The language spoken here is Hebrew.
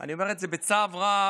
אני אומר את זה בצער רב,